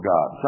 God